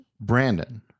Brandon